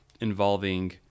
involving